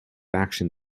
action